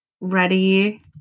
ready